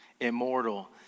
immortal